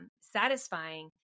satisfying